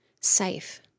safe